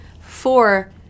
four